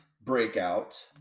breakout